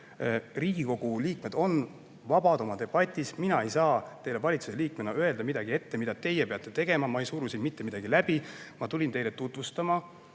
Riigikogu liikmed on vabad oma debatis, mina ei saa teile valitsuse liikmena ette öelda midagi, mida teie peate tegema. Ma ei suru siin mitte midagi läbi. Ma tulin teile tutvustama